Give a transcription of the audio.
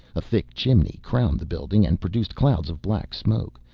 a thick chimney crowned the building and produced clouds of black smoke,